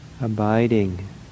abiding